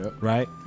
Right